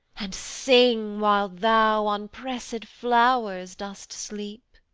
and sing, while thou on pressed flowers dost sleep